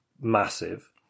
massive